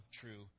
true